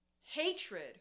hatred